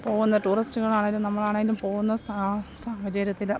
പോവുന്ന ടൂറിസ്റ്റുകൾ ആണെങ്കിലും നമ്മൾ ആണെങ്കിലും പോവുന്ന സാ സാഹചര്യത്തിൽ